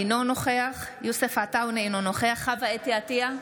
אינו נוכח יוסף עטאונה, אינו נוכח חוה אתי עטייה,